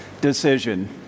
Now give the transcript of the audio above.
decision